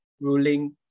ruling